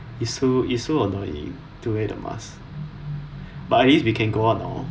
it's so it's so annoying to wear the mask but at least we can go out now